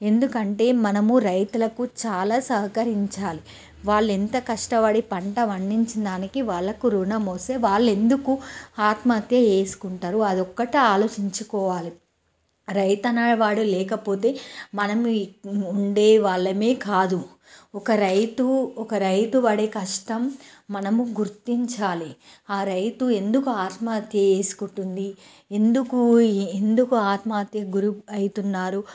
ఎందుకంటే మనము రైతులకు చాలా సహకరించాలి వాళ్ళు ఎంత కష్టపడి పంట పండించిన దానికి వాళ్ళకు ఋణం వస్తే వాళ్ళు ఎందుకు ఆత్మహత్య చేసుకుంటారు అది ఒక్కటే ఆలోచించుకోవాలి రైతు అనేవాడు లేకపోతే మనం ఉండే వాళ్ళమే కాదు ఒక రైతు ఒక రైతు పడే కష్టం మనము గుర్తించాలి ఆ రైతు ఎందుకు ఆత్మహత్య చేసుకుంటుంది ఎందుకు ఎందుకు ఆత్మహత్య గురి అవుతున్నారు